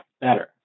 better